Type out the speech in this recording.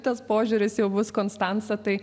tas požiūris jau bus konstanca tai